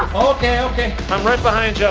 okay, okay i'm right behind yeah